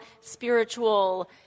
spiritual